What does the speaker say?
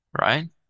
right